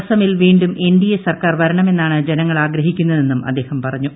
അസമിൽ വീണ്ടും എൻഡിഎ സർക്കാർ വരണമെന്നാണ് ജനങ്ങൾ ആഗ്രഹിക്കുന്നതെന്നും അദ്ദേഹം പറഞ്ഞു